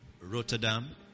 Rotterdam